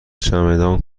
چمدان